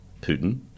Putin